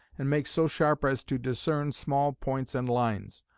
and make so sharp as to discern small points and lines.